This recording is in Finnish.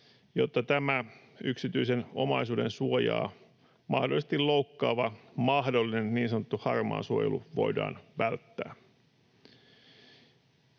jotta tämä yksityisen omaisuuden suojaa mahdollisesti loukkaava, mahdollinen niin sanottu harmaa suojelu voidaan välttää.